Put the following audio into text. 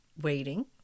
Waiting